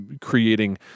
creating